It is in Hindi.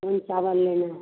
कौन चावल लेना है